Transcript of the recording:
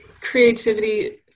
creativity